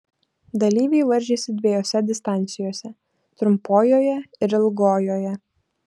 dalyviai varžėsi dviejose distancijose trumpojoje ir ilgojoje